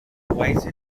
provides